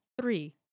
three